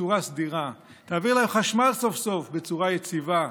בצורה סדירה, תעביר להם חשמל סוף-סוף בצורה יציבה,